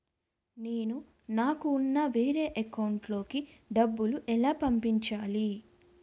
నేను నాకు ఉన్న వేరే అకౌంట్ లో కి డబ్బులు ఎలా పంపించాలి?